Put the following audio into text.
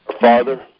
Father